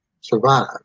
survive